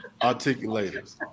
Articulators